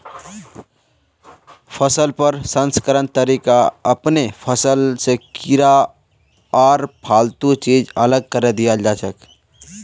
फसल प्रसंस्करण तरीका अपनैं फसल स कीड़ा आर फालतू चीज अलग करें दियाल जाछेक